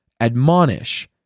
admonish